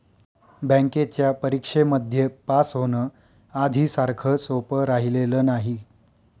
बँकेच्या परीक्षेमध्ये पास होण, आधी सारखं सोपं राहिलेलं नाही